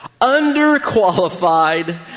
under-qualified